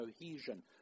cohesion